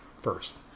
first